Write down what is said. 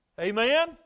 Amen